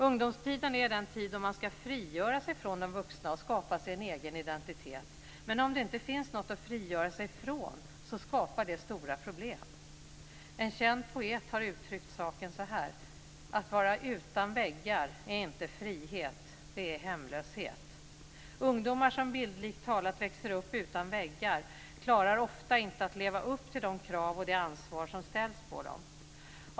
Ungdomstiden är den tid då man ska frigöra sig från de vuxna och skapa sig en egen identitet. Men om det inte finns något att frigöra sig från skapar det stora problem. En känd poet har uttryckt saken så här: "Att vara utan väggar är inte frihet, det är hemlöshet." Ungdomar som bildligt talat växer upp utan väggar klarar ofta inte att leva upp till de krav som ställs på dem och det ansvar som krävs av dem.